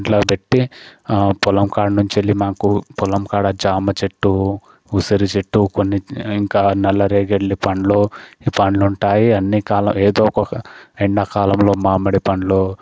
ఇంట్లో బెట్టి పొలం కాడనుంచెళ్ళి మాకు పొలం కాడ జామ చెట్టు ఉసిరి చెట్టు కొన్ని ఇంకా నల్లరేగడి పండ్లు పండ్లు ఉంటాయి అన్నికాల ఏదో ఒకొక ఎండా కాలంలో మామిడి పండ్లు